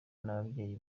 n’ababyeyi